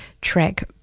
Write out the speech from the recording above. track